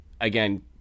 again